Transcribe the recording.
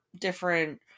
different